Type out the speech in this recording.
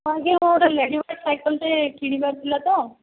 ଆଜ୍ଞା ମୋର ଲେଡ଼ିବାର୍ଡ଼ ସାଇକେଲ୍ଟେ କିଣିବାର ଥିଲା ତ